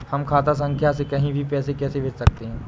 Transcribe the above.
हम खाता संख्या से कहीं भी पैसे कैसे भेज सकते हैं?